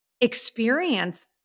experience